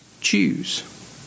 choose